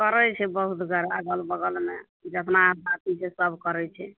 करै छै बहुत गोरा अगल बगलमे जेतना बासी छै सब करै छै